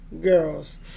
Girls